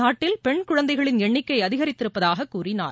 நாட்டில் பெண் குழந்தைகளின் எண்ணிக்கை அதிகரித்திருப்பதாகக் கூறினார்